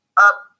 up